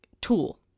tool